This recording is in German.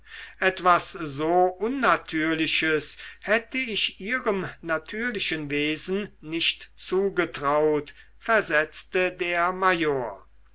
etwas so unnatürliches hätte ich ihrem natürlichen wesen nicht zugetraut versetzte der